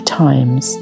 times